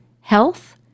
health